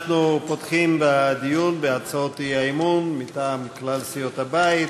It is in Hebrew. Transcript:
אנחנו פותחים בדיון בהצעות האי-אמון מטעם כלל סיעות הבית.